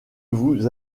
vous